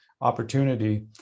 opportunity